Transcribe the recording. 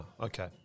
Okay